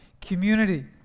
community